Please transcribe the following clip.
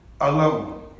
alone